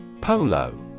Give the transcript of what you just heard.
Polo